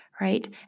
right